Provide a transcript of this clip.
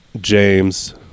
James